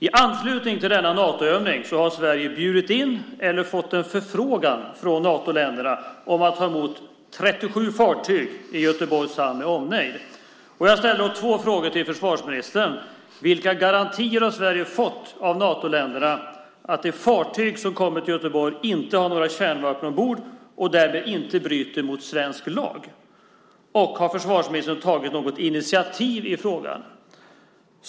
I anslutning till denna Natoövning har Sverige bjudit in eller fått en förfrågan från Natoländerna om att ta emot 37 fartyg i Göteborgs hamn med omnejd. Jag ställde två frågor till försvarsministern, nämligen vilka garantier Sverige har fått av Natoländerna att de fartyg som kommer till Göteborg inte har några kärnvapen ombord och därmed inte bryter mot svensk lag samt om försvarsministern har tagit några initiativ i frågan.